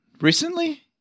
Recently